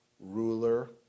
ruler